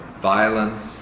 violence